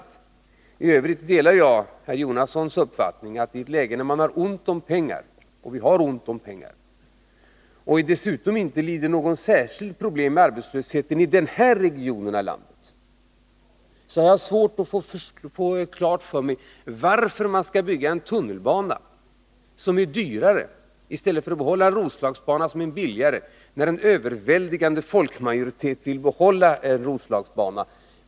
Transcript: Tövrigt delar jag herr Jonassons uppfattning att man i ett läge då det är ont om pengar — och det är ju fallet nu — och då dessutom arbetslöshetsproblemen inte är särskilt stora i den här regionen, inte skall bygga en tunnelbana, som är ett dyrare alternativ än att behålla Roslagsbanan. En överväldigande majoritet av befolkningen vill ju också behålla Roslagsbanan.